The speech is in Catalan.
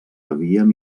havíem